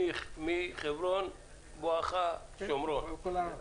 מחברון בואכה שומרון.